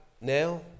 now